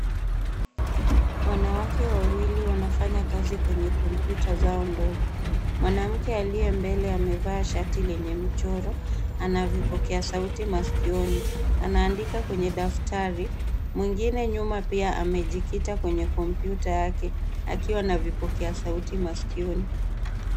Wanawake wawili wanafanya kazi kwenye kompyuta zao ndogo. Mwanamke aliye mbele amevaa shati lenye mchoro. Ana vipokea sauti masikioni. Anaandika kwenye daftari. Mwingine nyuma pia amejikita kwenye kompyuta yake, akiwa na vipokea sauti masikioni.